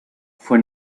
fue